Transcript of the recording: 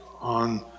on